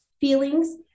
feelings